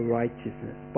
righteousness